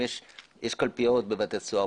אם יש קלפיות בבתי סוהר,